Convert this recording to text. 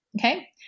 okay